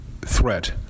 threat